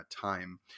time